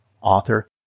author